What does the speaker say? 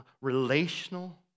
relational